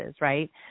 right